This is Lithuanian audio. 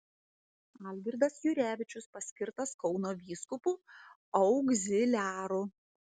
algirdas jurevičius paskirtas kauno vyskupu augziliaru